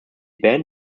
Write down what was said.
band